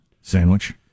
sandwich